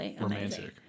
romantic